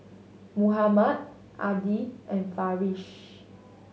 Muhammad Adi and Farish